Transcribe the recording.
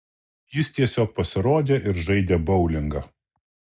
jis tiesiog pasirodė ir žaidė boulingą